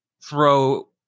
throw